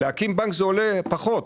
להקים בנק זה עולה פחות.